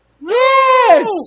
Yes